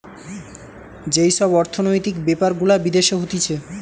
যেই সব অর্থনৈতিক বেপার গুলা বিদেশে হতিছে